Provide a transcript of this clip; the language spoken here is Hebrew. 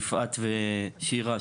יפעת ושירה,